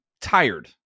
tired